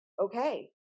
okay